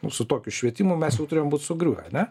nu su tokiu švietimu mes jau turėjom būt sugriuvę ane